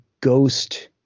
ghost